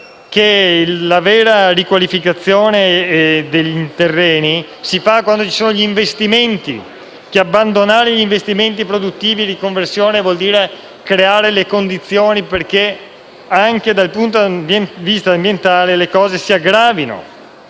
la vera riqualificazione dei terreni si fa quando ci sono gli investimenti; che abbandonare gli investimenti produttivi di riconversione vuol dire creare le condizioni perché, anche dal punto di vista ambientale, le cose si aggravino.